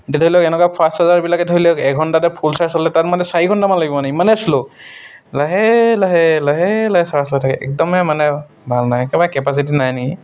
এতিয়া ধৰি লওক এনেকুৱা ফাষ্ট চাৰ্জাৰবিলাকে ধৰি লওক এঘণ্টাতে ফুল চাৰ্জ হ'লে তাত মানে চাৰি ঘণ্টামান লাগিব মানে ইমানে শ্ল' লাহে লাহে লাহে লাহে চাৰ্জ লৈ থাকে একদমেই মানে ভাল নাই একেবাৰে কেপাচিটি নাই নেকি